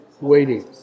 waiting